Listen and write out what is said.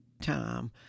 time